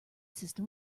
system